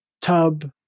tub